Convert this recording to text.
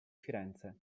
firenze